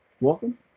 welcome